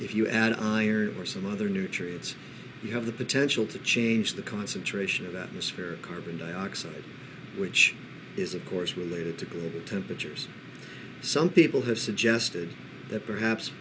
if you add iron or some other nutrients you have the potential to change the concentration of atmospheric carbon dioxide which is of course related to global temperatures some people have suggested that perhaps